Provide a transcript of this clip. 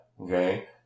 Okay